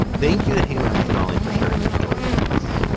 thank you to haimovitz and only for sharing their stories with us.